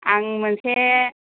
आं मोनसे